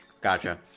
Gotcha